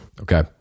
Okay